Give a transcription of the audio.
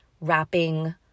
wrapping